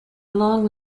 long